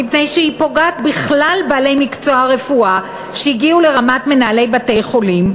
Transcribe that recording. מפני שהיא פוגעת בכלל בעלי מקצוע הרפואה שהגיעו לרמת מנהלי בתי-חולים,